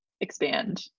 expand